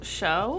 show